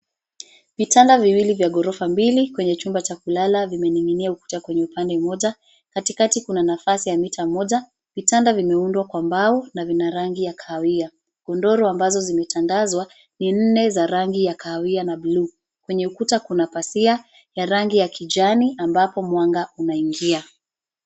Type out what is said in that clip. Vitanda viwili vya ghorofa mbili kwenye chumba cha kulala vimening'inia ukuta kwenye upande mmoja. Katikati kuna nafasi ya mita moja. Vitanda vimeundwa kwa mbao na vina rangi ya kahawia. Godoro ambazo zimetandazwa ni nne za rangi ya kahawia na blue . Kwenye ukuta kuna pazia ya rangi ya kijani ambapo mwanga unaingia.